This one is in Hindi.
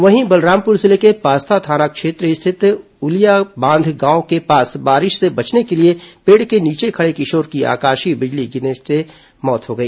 वहीं बलरामपुर जिले के पास्ता थाना क्षेत्र स्थित उलियाबांध गांव के पास बारिश से बचने के लिए पेड़ के नीचे खड़े किशोर की आकाशीय बिजली की चपेट में आने से मौत हो गई